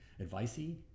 advicey